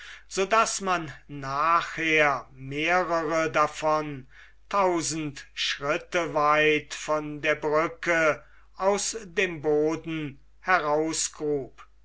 so daß man nachher mehrere davon tausend schritte weit von der brücke aus dem boden